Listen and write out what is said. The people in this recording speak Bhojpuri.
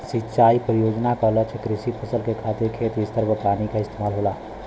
सिंचाई परियोजना क लक्ष्य कृषि फसल के खातिर खेत स्तर पर पानी क इस्तेमाल होला